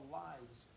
lives